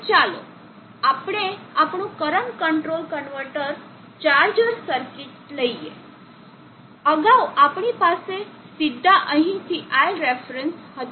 હવે ચાલો આપણે આપણું current control converter charger circuit લઈએ અગાઉ આપણી પાસે સીધા અહીંથી iLref હતું